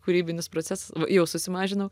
kūrybinis procesas jau susimažinau